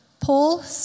Paul